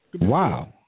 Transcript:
Wow